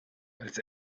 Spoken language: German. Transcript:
als